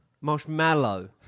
Marshmallow